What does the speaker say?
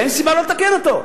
ואין סיבה לא לתקן אותו.